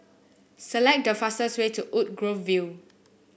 select the fastest way to Woodgrove View